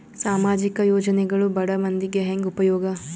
ಸಾಮಾಜಿಕ ಯೋಜನೆಗಳು ಬಡ ಮಂದಿಗೆ ಹೆಂಗ್ ಉಪಯೋಗ?